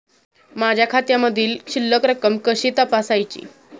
माझ्या खात्यामधील शिल्लक रक्कम कशी तपासायची?